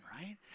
right